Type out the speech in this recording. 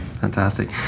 fantastic